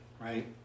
Right